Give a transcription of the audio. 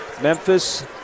Memphis